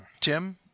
tim